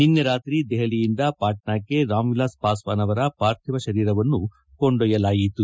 ನಿನ್ನೆ ರಾತ್ರಿ ದೆಹಲಿಯಿಂದ ಪಾಟ್ನಾಕ್ಕೆ ರಾಮ್ ವಿಲಾಸ್ ಪಾಸ್ವಾನ್ ಅವರ ಪಾರ್ಥಿವ ಶರೀರವನ್ನು ಕೊಂಡೊಯ್ಯಲಾಯಿತು